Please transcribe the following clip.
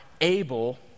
able